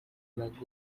iraguha